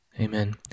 Amen